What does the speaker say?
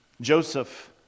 Joseph